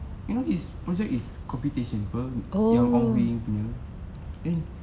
you know his project is computation apa yang ong wing punya then